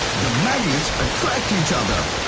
the magnets attract each other.